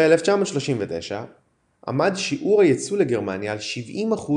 ב-1939 עמד שיעור היצוא לגרמניה על כ-70%